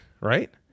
right